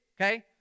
Okay